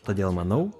todėl manau